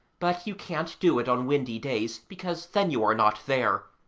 but you can't do it on windy days because then you are not there,